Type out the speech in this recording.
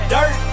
Dirt